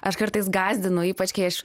aš kartais gąsdinu ypač kai aš